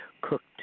cooked